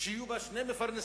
שיהיו בהן שני מפרנסים,